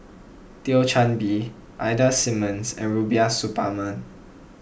Thio Chan Bee Ida Simmons and Rubiah Suparman